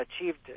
achieved